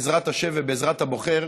בעזרת השם ובעזרת הבוחר,